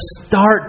start